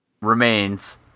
remains